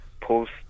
post